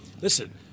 listen –